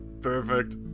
Perfect